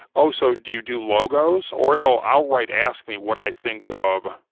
oh, so, do you do logos? or they'll outright asked me what i think of,